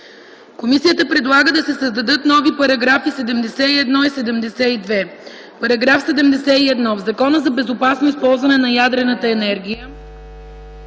Комисията предлага да се създадат нови параграфи 71 и 72: „§ 71. В Закона за безопасно използване на ядрената енергия